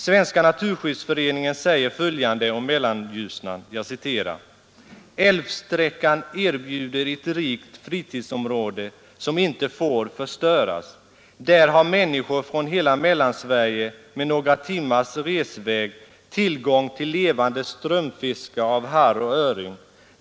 Svenska naturskyddsföreningen säger följande om Mellanljusnan: ”Älvsträckan erbjuder ett rikt fritidsområde som inte får förstöras. Där har människor från hela Mellan-Sverige, med några timmars resväg, tillgång till levande strömfiske av harr och öring.